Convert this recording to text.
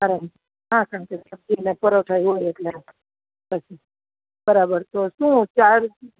હા હા પરાઠા જોડે બરાબર તો શું ચાર્જ